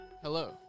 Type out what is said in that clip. Hello